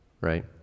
Right